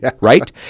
right